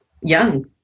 young